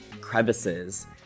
crevices